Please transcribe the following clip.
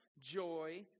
joy